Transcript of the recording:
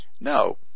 no